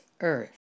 earth